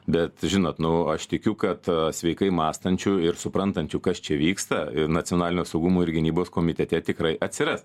bet žinot nu aš tikiu kad sveikai mąstančių ir suprantančių kas čia vyksta nacionalinio saugumo ir gynybos komitete tikrai atsiras